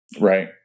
Right